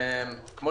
כפי